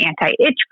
anti-itch